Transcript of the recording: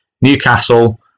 Newcastle